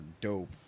dope